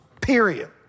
period